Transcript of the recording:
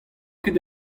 ket